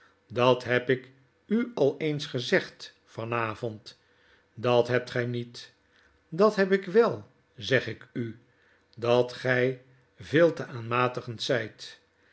dat heb ik u al eens gezegd van avond dat hebt gg niet dat heb ik wel zeg ik u dat gij veel te aanmatigend zijt